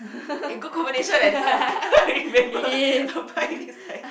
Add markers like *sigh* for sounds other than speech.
eh good combination leh this one *laughs* I remember *laughs* I buy next time